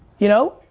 you know?